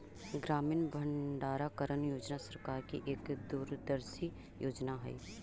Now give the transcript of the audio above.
ग्रामीण भंडारण योजना सरकार की एक दूरदर्शी योजना हई